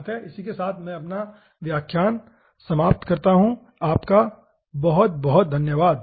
अतः इसी के साथ मैं यह व्याख्यान समाप्त करता हूँ धन्यवाद